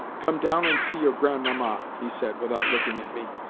come down and see your grandmamma, he said without looking at me.